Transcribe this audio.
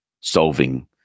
solving